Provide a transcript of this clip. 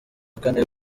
kane